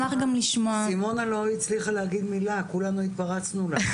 סימונה לא הצליחה להגיד מילה, כולנו התפרצנו לה.